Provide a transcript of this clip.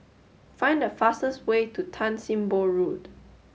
find the fastest way to Tan Sim Boh Road